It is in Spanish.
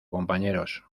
compañeros